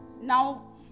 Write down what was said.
Now